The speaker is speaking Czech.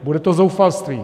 Bude to zoufalství.